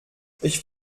ich